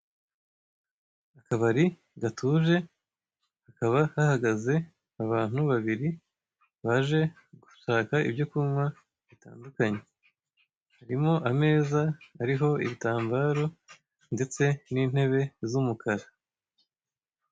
Akabari gatuje hakaba hahagaze abantu babiri baje kwaka ibyo kunywa bitandukanye, harimo ameza ariho ibitambaro ndetse n'intebe z'umukara.